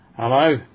Hello